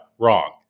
wrong